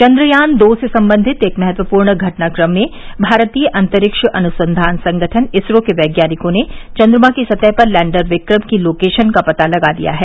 चंद्रयान दो से संबंधित एक महत्वपूर्ण घटनाकम्र में भारतीय अंतरिक्ष अनुसंधान संगठन इसरो के वैज्ञानिकों ने चंद्रमा की सतह पर लैंडर विक्रम की लोकेशन का पता लगा लिया है